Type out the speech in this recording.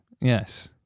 Yes